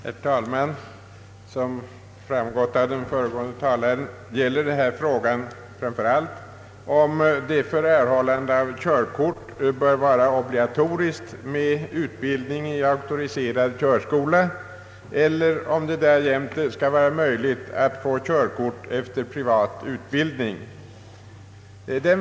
Herr talman! Som framgått av den föregående talarens anförande gäller det här framför allt frågan om det för erhållande av körkort bör vara obligatoriskt med utbildning i auktoriserad kör. skola, eller om det därjämte skall vara möjligt att få körkort efter privat utbildning.